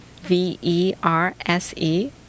V-E-R-S-E